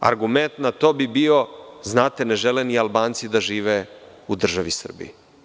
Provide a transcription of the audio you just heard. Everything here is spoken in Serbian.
Argument bi na to bio – znate, ne žele ni Albanci da žive u državi Srbiji.